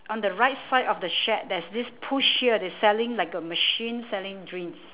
on the right side of the shed there's this push here they selling like a machine selling drinks